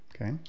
Okay